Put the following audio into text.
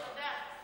תודה.